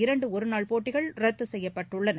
இரண்டு ஒருநாள் போட்டிகள் ரத்து செய்யப்பட்டுள்ளன